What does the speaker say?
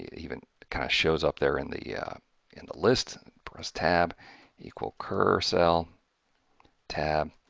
even kind of shows up there in the yeah in the list press tab equal curr cell tab